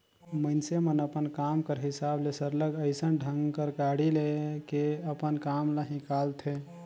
मइनसे मन अपन काम कर हिसाब ले सरलग अइसन ढंग कर गाड़ी ले के अपन काम ल हिंकालथें